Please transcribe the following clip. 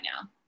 now